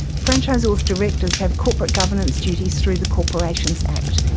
franchisor's directors have corporate governance duties through the corporations act.